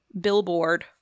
billboard